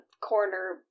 corner